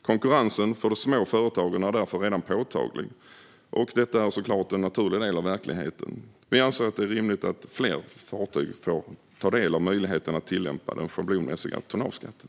Konkurrensen för de små fartygen är därför redan påtaglig, och detta är såklart en naturlig del av verkligheten. Vi anser att det är rimligt att fler fartyg får ta del av möjligheten att tillämpa den schablonmässiga tonnageskatten.